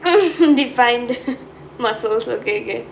defined muscles okay okay